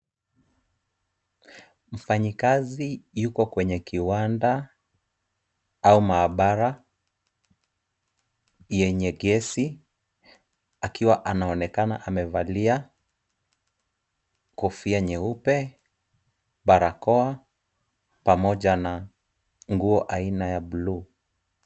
Mfanyikazi yuko kwenye kiwanda au maabara yenye gesi akiwa anaonekana amevalia kofia nyeupe, barakoa pamoja na nguo aina ya blue .